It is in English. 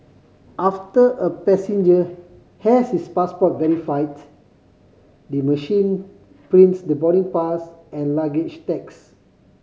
after a passenger has his passport verified the machine prints the boarding pass and luggage tags